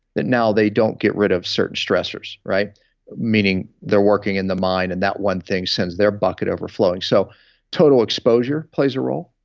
that now they don't get rid of certain stressors. meaning they're working in the mine and that one thing sends their bucket overflowing. so total exposure plays a role.